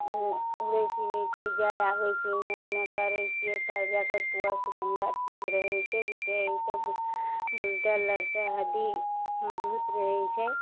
उड़य फिरय छियै जाइ आबय छियै एने उने करय छियै तब जाके स्वास्थ कनिटा ठीक रहय छै जेते एते बुलते लड़ते हड्डी मजबूत रहय छै